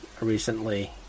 recently